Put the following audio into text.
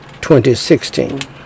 2016